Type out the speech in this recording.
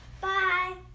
Bye